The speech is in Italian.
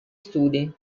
studi